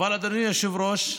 אדוני היושב-ראש,